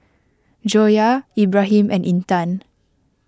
Joyah Ibrahim and Intan